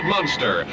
monster